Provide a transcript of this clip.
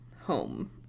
home